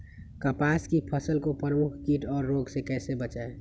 कपास की फसल को प्रमुख कीट और रोग से कैसे बचाएं?